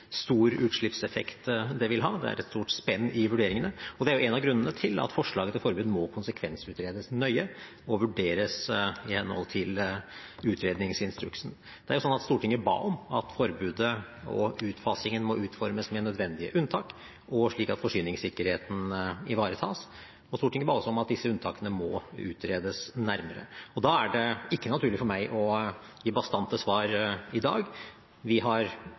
stor utslippseffekt det vil ha. Det er et stort spenn i vurderingene, og det er en av grunnene til at forslaget om forbud må konsekvensutredes nøye og vurderes i henhold til utredningsinstruksen. Det er sånn at Stortinget ba om at forbudet og utfasingen må utformes med nødvendige unntak, og slik at forsyningssikkerheten ivaretas, og Stortinget ba også om at disse unntakene må utredes nærmere. Da er det ikke naturlig for meg å gi bastante svar i dag. Vi har